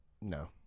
no